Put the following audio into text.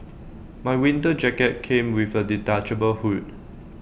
my winter jacket came with A detachable hood